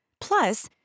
plus